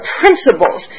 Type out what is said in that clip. principles